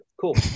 Cool